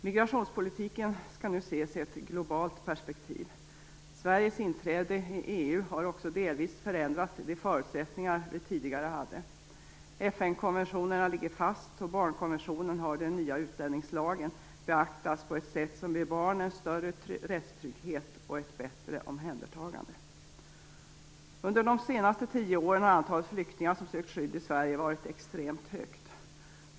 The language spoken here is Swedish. Migrationspolitiken skall nu ses i ett globalt perspektiv. Sveriges inträde i EU har också delvis förändrat de förutsättningar vi tidigare hade. FN konventionerna ligger fast, och barnkonventionen har i den nya utlänningslagen beaktats på ett sätt som ger barnen större rättstrygghet och ett bättre omhändertagande. Under de senaste tio åren har antalet flyktingar som sökt skydd i Sverige varit extremt stort.